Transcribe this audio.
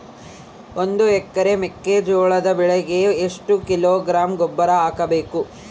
ಒಂದು ಎಕರೆ ಮೆಕ್ಕೆಜೋಳದ ಬೆಳೆಗೆ ಎಷ್ಟು ಕಿಲೋಗ್ರಾಂ ಗೊಬ್ಬರ ಹಾಕಬೇಕು?